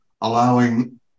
allowing